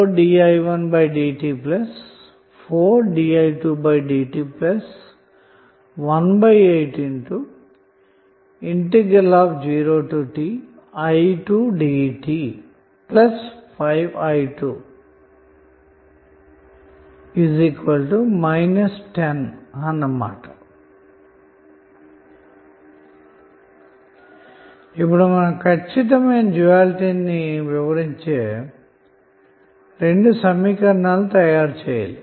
vlcsnap 2019 08 31 18h33m19s244 vlcsnap 2019 08 31 18h33m57s422 ఇప్పుడు మనం ఖచ్చితమైన డ్యూయల్టీ ని వివరించే రెండు సమీకరణాలు తయారుచేయాలి